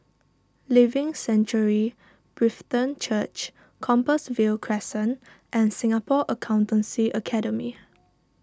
Living Sanctuary Brethren Church Compassvale Crescent and Singapore Accountancy Academy